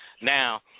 now